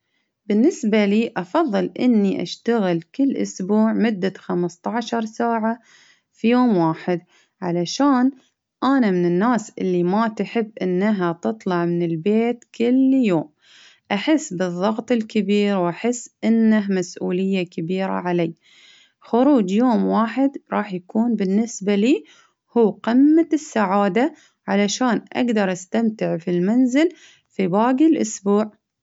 بالنسبة لي أفظل إني أشتغل كل إسبوع مدة خمسة عشر ساعة في يوم واحد، علشان أنا من الناس اللي ما تحب إنها تطلع من البيت كل يوم. أحس بالظغط الكبير، وأحس إنه مسؤولية كبيرة علي، خروجي يوم واحد راح يكون بالنسبة لي هو قمة السعادة ،علشان أقدر أستمتع في المنزل في باقي الأسبوع.